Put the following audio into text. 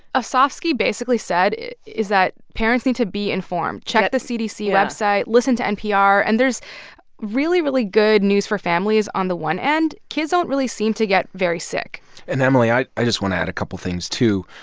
ah osofsky basically said is that parents need to be informed yeah check the cdc website, listen to npr. and there's really, really good news for families on the one end. kids don't really seem to get very sick and, emily, i i just want to add a couple things, too,